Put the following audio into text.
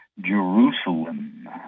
Jerusalem